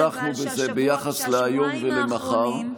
הצלחנו בזה ביחס להיום ולמחר,